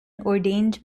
ordained